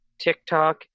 TikTok